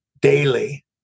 daily